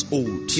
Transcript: old